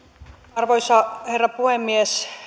arvoisa herra puhemies